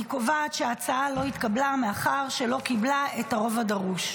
אני קובעת שההצעה לא התקבלה מאחר שלא קיבלה את הרוב הדרוש.